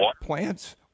plants